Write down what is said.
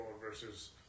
versus